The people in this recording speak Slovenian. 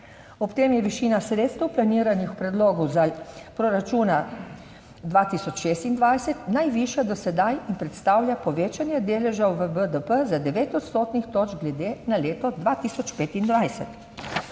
Ob tem je višina sredstev, planiranih v predlogu proračuna 2026 najvišja do sedaj in predstavlja povečanje deleža v BDP za 9 odstotnih točk glede na leto 2025.